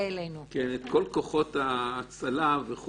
כל כוחות ההצלה.